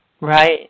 Right